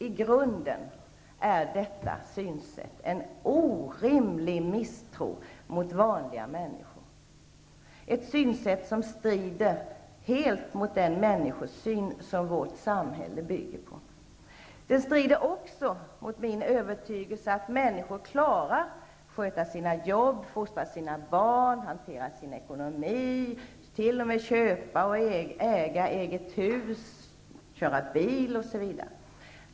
I grunden är detta synsätt en orimlig misstro mot vanliga människor. Det är ett synsätt som strider helt mot den människosyn som vårt samhälle bygger på. Det här strider också mot min övertygelse att människor klarar att sköta sina arbeten, fostra sina barn, hantera sin ekonomi, t.o.m. att köpa och äga eget hus, köra bil, osv.